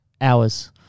hours